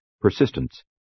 persistence